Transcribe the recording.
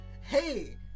Hey